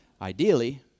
Ideally